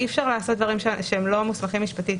אי-אפשר לעשות דברים שהם לא מוסמכים משפטית.